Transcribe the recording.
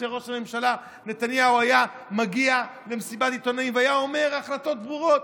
כשראש הממשלה נתניהו היה מגיע למסיבת עיתונאים והיה אומר החלטות ברורות,